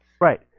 Right